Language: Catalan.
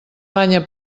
banya